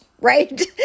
right